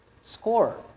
score